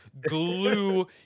glue